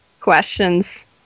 questions